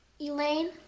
Elaine